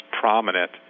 prominent